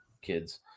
kids